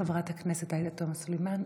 בבקשה חברת הכנסת עאידה תומא סלימאן,